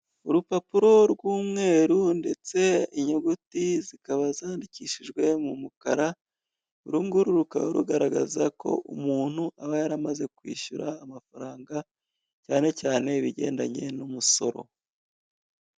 Urupapuro rw'umweru ndetse inyuguti zikaba zandikishijwe mu mukara, urunguru rukaba rugaragaza ko umuntu aba yaramaze kwishyura amafaranga, cyane cyane ibigendanye n'umusoro.